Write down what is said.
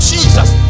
Jesus